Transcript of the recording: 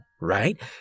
right